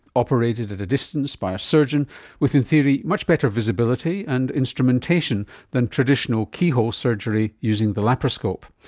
operated at a distance by a surgeon with in theory much better visibility and instrumentation than traditional keyhole surgery using the laparoscope.